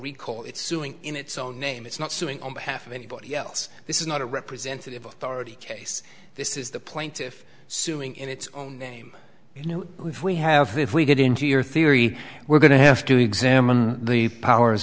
recall it's suing in its own name it's not suing on behalf of anybody else this is not a representative authority case this is the plaintiff suing in its own name you know we've we have if we get into your theory we're going to have to examine the powers